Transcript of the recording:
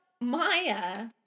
Maya